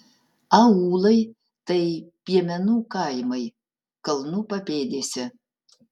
aūlai tai piemenų kaimai kalnų papėdėse